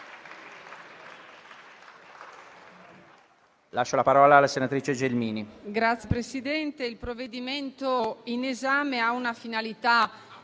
il provvedimento in esame ha una finalità